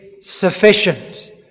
sufficient